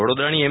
વડોદરાની એમ